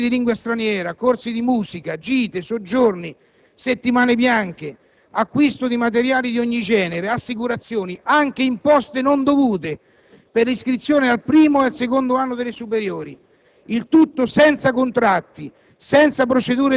sportive, per ameni corsi di yoga, di lingua straniera, di musica, per gite, soggiorni, settimane bianche, acquisto di materiali di ogni genere, assicurazioni, perfino imposte non dovute per l'iscrizione al primo o al secondo anno delle superiori.